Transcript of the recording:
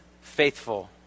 faithful